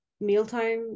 mealtime